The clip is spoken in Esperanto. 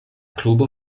klubo